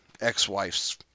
ex-wife's